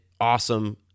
awesome